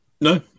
No